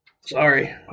Sorry